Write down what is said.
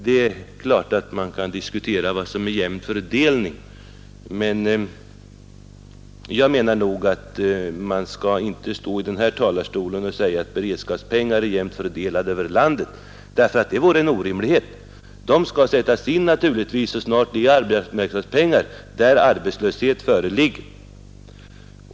Det är klart att man kan diskutera vad som är jämn fördelning, men jag menar nog att man inte skall stå i denna talarstol och säga att beredskapspengarna är jämnt fördelade över landet. Det vore en orimlighet. Arbetsmarknadspengar skall naturligtvis sättas in där arbetslöshet föreligger.